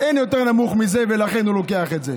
אין יותר נמוך מזה, ולכן הוא לוקח את זה.